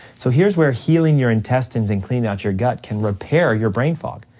so here's where healing your intestines and cleaning out your gut can repair your brain fog.